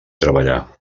treballar